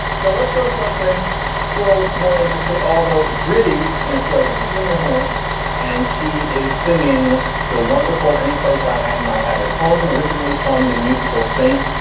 so let's go to something a little more interesting, although gritty in its way. this is lena horne and she is singing the wonderful any place i hang my head is home, originally from the musical st.